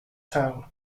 town